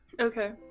Okay